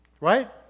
Right